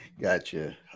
gotcha